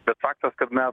bet faktas kad mes